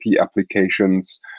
applications